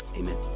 Amen